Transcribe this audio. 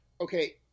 Okay